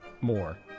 more